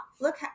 look